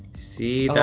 see that,